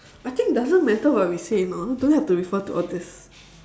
I think doesn't matter what we say you know don't have to refer to all these